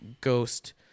ghost